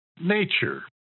nature